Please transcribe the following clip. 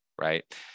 right